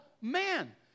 man